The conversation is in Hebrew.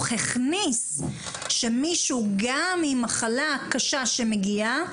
הכניס שמישהו גם אם מחלה קשה שמגיעה,